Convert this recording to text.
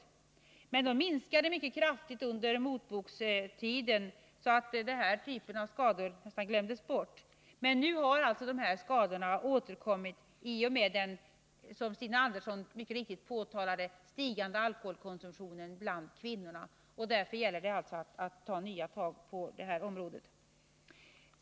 De minskade emellertid mycket kraftigt under motbokstiden, så att den här typen av skador nästan glömdes bort. Nu har de återkommit, som Stina Andersson påtalade, i och med stigande alkoholkonsumtion bland kvinnorna, och därför gäller det att ta nya tag på det här området.